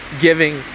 giving